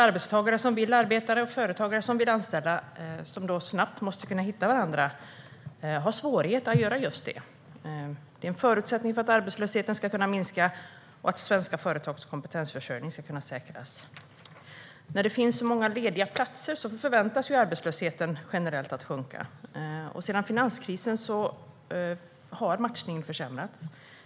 Arbetstagare som vill arbeta och företagare som vill anställa måste snabbt kunna hitta varandra. Det är en förutsättning för att arbetslösheten ska kunna minska och svenska företags kompetensförsörjning säkras. De har svårigheter att göra detta. När det finns många lediga platser förväntas arbetslösheten generellt sjunka. Sedan finanskrisen har dock matchningen försämrats.